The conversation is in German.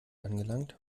angelangt